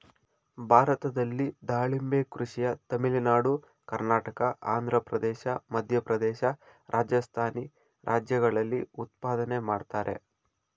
ಭಾರತದಲ್ಲಿ ದಾಳಿಂಬೆ ಕೃಷಿಯ ತಮಿಳುನಾಡು ಕರ್ನಾಟಕ ಆಂಧ್ರಪ್ರದೇಶ ಮಧ್ಯಪ್ರದೇಶ ರಾಜಸ್ಥಾನಿ ರಾಜ್ಯಗಳಲ್ಲಿ ಉತ್ಪಾದನೆ ಮಾಡ್ತರೆ